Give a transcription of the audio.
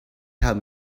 had